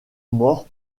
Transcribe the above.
mort